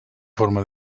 forma